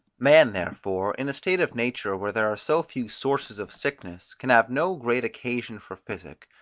man therefore, in a state of nature where there are so few sources of sickness, can have no great occasion for physic,